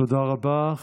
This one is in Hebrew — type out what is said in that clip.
תודה רבה.